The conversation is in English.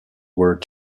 were